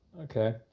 Okay